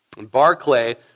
Barclay